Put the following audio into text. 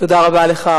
תודה רבה לך,